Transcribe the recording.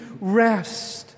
rest